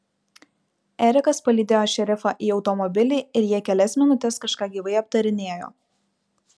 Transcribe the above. erikas palydėjo šerifą į automobilį ir jie kelias minutes kažką gyvai aptarinėjo